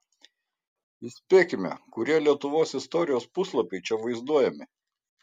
įspėkime kurie lietuvos istorijos puslapiai čia vaizduojami